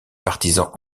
partisans